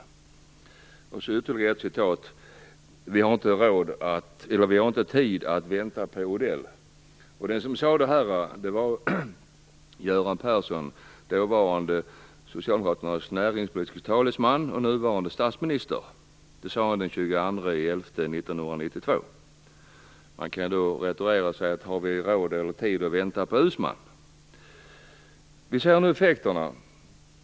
Sedan har jag ytterligare ett uttalande: Vi har inte tid att vänta på Odell. Den som sade detta var Göran Persson, socialdemokraternas dåvarande näringspolitiske talesman och nuvarande statsminister. Han sade detta den 22 november 1992. Man kan då returnera och säga: Har vi råd eller tid att vänta på Uusmann? Nu ser vi effekterna.